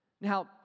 Now